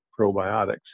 probiotics